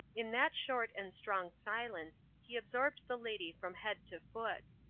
in that short and strong silence he absorbed the lady from head to foot.